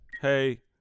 Hey